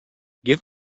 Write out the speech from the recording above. give